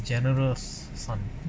generals son